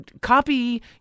copy